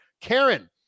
Karen